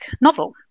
novel